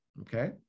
okay